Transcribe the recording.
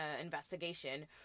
investigation